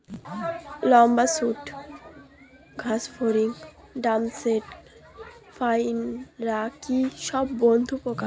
লম্বা সুড় ঘাসফড়িং ড্যামসেল ফ্লাইরা কি সব বন্ধুর পোকা?